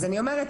אז אני אומרת,